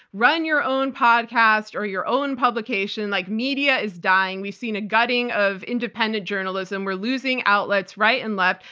run your own podcast or your own publication. like, media is dying. we've seen a gutting of independent journalism. we're losing outlets right and left.